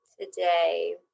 Today